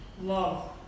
love